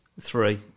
Three